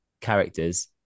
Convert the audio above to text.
characters